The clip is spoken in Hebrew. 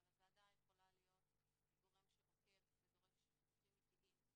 אבל הוועדה יכולה להיות גורם שעוקב ודורש דיווחים איטיים,